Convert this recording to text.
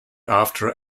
after